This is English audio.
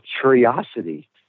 curiosity